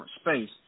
space